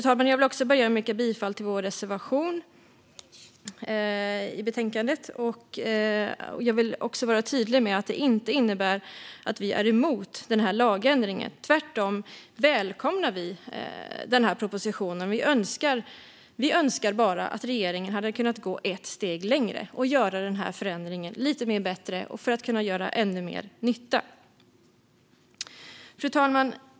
Jag vill inledningsvis yrka bifall till vår reservation i betänkandet och vill vara tydlig med att det inte innebär att vi är emot lagändringen. Tvärtom välkomnar vi propositionen. Vi önskar bara att regeringen hade kunnat gå ett steg längre och gjort förändringen bättre så att den gör ännu mer nytta. Fru talman!